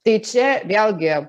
tai čia vėlgi